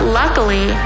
luckily